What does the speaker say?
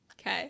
okay